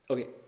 Okay